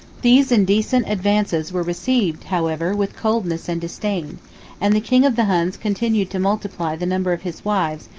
these indecent advances were received, however, with coldness and disdain and the king of the huns continued to multiply the number of his wives,